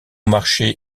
marché